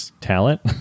talent